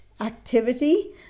activity